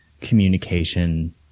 communication